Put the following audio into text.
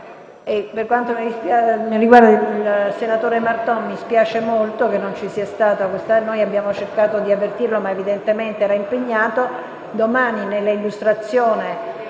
Per quanto riguarda il senatore Marton, mi spiace molto che non sia stato presente. Abbiamo cercato di avvertirlo, ma evidentemente era impegnato. Domani, in sede di illustrazione